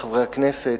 חברי חברי הכנסת,